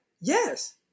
yes